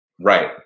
Right